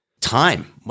Time